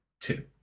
two